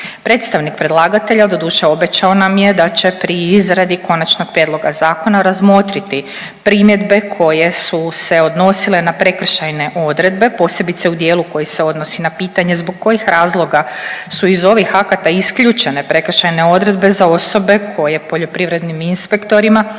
Predstavnik predlagatelja doduše obećao nam je da će pri izradi konačnog prijedloga zakona razmotriti primjedbe koje su se odnosile na prekršajne odredbe posebice u dijelu koji se odnosi na pitanje zbog kojih razloga su iz ovih akata isključene prekršajne odredbe za osobe koje poljoprivrednim inspektorima ne